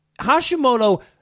Hashimoto